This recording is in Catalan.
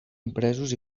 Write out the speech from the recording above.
impresos